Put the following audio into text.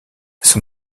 son